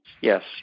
Yes